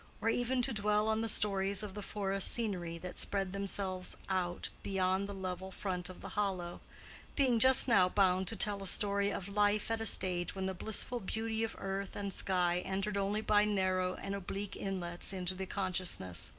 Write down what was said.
or even to dwell on the stories of the forest scenery that spread themselves out beyond the level front of the hollow being just now bound to tell a story of life at a stage when the blissful beauty of earth and sky entered only by narrow and oblique inlets into the consciousness,